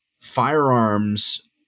firearms